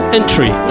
entry